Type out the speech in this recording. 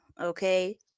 okay